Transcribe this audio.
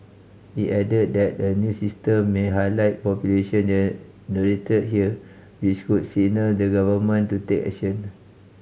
he added that a new system may highlight pollution generate here which could signal the Government to take action